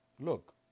look